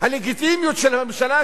הלגיטימיות של הממשלה,